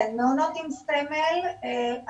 כן, מעונות עם סמל 2048,